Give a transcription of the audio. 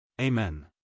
Amen